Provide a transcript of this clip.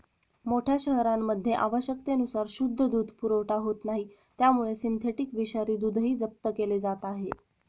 मोठ्या शहरांमध्ये आवश्यकतेनुसार शुद्ध दूध पुरवठा होत नाही त्यामुळे सिंथेटिक विषारी दूधही जप्त केले जात आहे